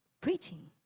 preaching